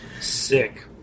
Sick